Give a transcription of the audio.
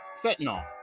fentanyl